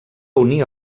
unir